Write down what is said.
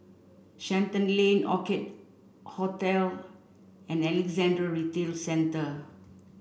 Shenton Lane Orchid Hotel and Alexandra Retail Centre